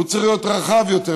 צריך להיות רחב יותר,